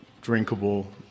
drinkable